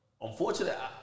unfortunately